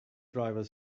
driver